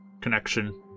connection